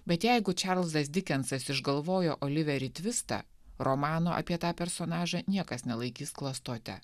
bet jeigu čarlzas dikensas išgalvojo oliverį tvistą romano apie tą personažą niekas nelaikys klastote